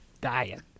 dying